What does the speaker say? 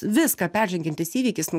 viską peržengiantis įvykis